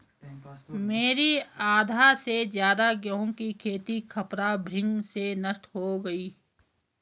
मेरी आधा से ज्यादा गेहूं की खेती खपरा भृंग से नष्ट हो गई